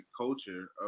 culture